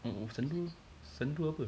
sendu sendu apa